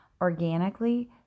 organically